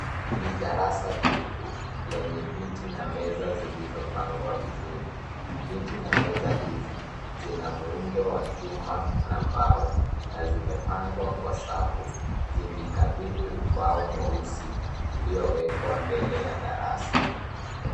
Ni darasa tupu lenye viti na meza zilizopangwa vizuri. Viti na meza hizi zina muundo wa chuma na mbao, na zimepangwa kwa safu, zikikabili ubao mweusi, uliowekwa mbele ya darasa.